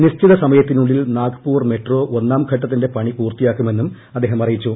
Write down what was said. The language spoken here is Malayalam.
നിശ്ചിതസമയത്തിനുള്ളിൽ നാഗ്പൂർ ക്ട്രിട്ടോ ഒന്നാംഘട്ടത്തിന്റെ പണി പൂർത്തിയാക്കുമെന്നും അദ്ദേഹൃദ്ട് അറിയിച്ചു